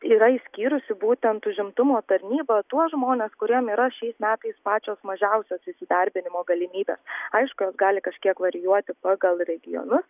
yra išskyrusi būtent užimtumo tarnyba tuos žmones kuriem yra šiais metais pačios mažiausios įsidarbinimo galimybės aišku jos gali kažkiek varijuoti pagal regionus